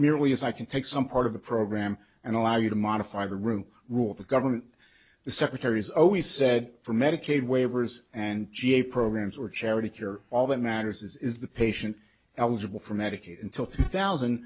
nearly as i can take some part of the program and allow you to modify the room rule of the government the secretary's always said for medicaid waivers and ga programs or charity care all that matters is is the patient eligible for medicaid until two thousand